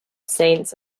saints